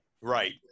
Right